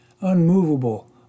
unmovable